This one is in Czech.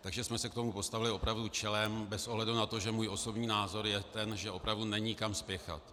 Takže jsme se k tomu postavili opravdu čelem bez ohledu na to, že můj osobní názor je ten, že opravdu není kam spěchat.